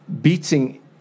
beating